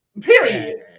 Period